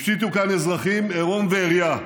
הפשיטו כאן אזרחים עירום ועריה,